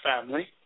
family